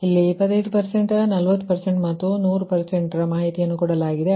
ಇಲ್ಲಿ 25 40 ಮತ್ತು100 ರ ಮಾಹಿತಿಯನ್ನು ಕೊಡಲಾಗಿದೆ